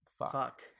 fuck